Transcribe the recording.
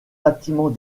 bâtiments